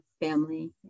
family